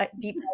deep